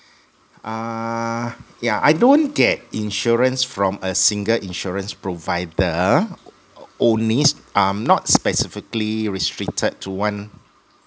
err yeah I don't get insurance from a single insurance provider only s~ I'm not specifically restricted to one